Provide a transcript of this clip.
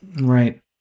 Right